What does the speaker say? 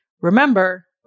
remember